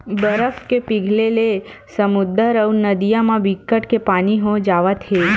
बरफ के पिघले ले समुद्दर अउ नदिया म बिकट के पानी हो जावत हे